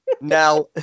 Now